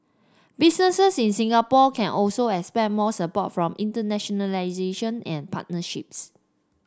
businesses in Singapore can also expect more support for internationalisation and partnerships